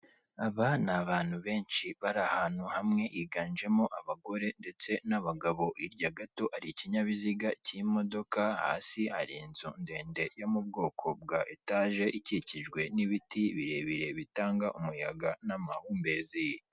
Aba ni abantu benshi bari ahantu hamwe, higanjemo abagore ndetse n'abagabo, hirya gato hari ikinyabiziga k'imodoka, hasi hari inzu ndende yo mu bwoko bwa etaje, ikikijwe n'ibiti birebire bitanga umuyaga n'amahumbezi.